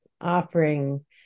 offering